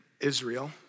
Israel